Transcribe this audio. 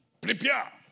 prepare